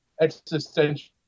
existential